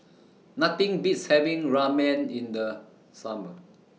Nothing Beats having Ramen in The Summer